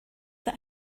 that